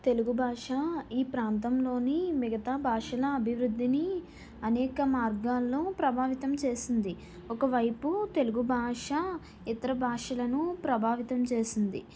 తెలుగు భాష ఈ ప్రాంతంలోని మిగతా భాషల అభివృద్ధిని అనేక మార్గాల్లో ప్రభావితం చేసింది ఒక వైపు తెలుగు భాష ఇతర భాషలను ప్రభావితం చేసింది